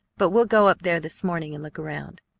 but we'll go up there this morning and look around.